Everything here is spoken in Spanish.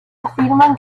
afirman